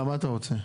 מה אתה רוצה?